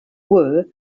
were